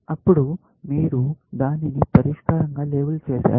అప్పుడు మీరు దానిని పరిష్కారంగా లేబుల్ చేసారు